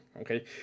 okay